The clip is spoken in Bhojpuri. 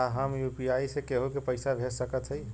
का हम यू.पी.आई से केहू के पैसा भेज सकत हई?